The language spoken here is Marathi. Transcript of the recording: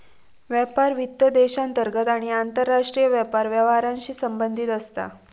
व्यापार वित्त देशांतर्गत आणि आंतरराष्ट्रीय व्यापार व्यवहारांशी संबंधित असता